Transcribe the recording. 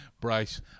Bryce